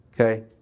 Okay